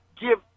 give